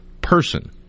person